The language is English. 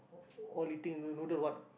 all eating noodle what